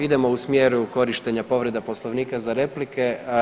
Idemo u smjeru korištenja povreda Poslovnika za replike.